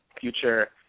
future